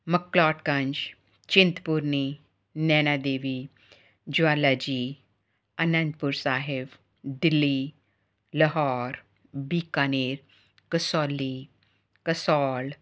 McLeodganj Chintpurni Naina Devi Jwala ji Anandpur Sahib Delhi Lahore Bikaner Kasauli Kasol